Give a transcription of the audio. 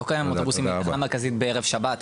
לא קיים אוטובוסים מתחנה מרכזית בערב שבת,